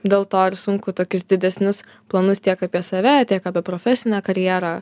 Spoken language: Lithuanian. dėl to ir sunku tokius didesnius planus tiek apie save tiek apie profesinę karjerą